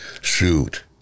Shoot